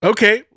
Okay